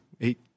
Eight